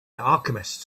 alchemist